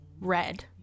red